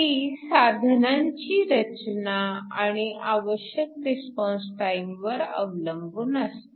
ती साधनांची रचना आणि आवश्यक रिस्पॉन्स टाइम वर अवलंबून असते